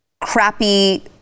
crappy